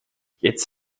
jetzt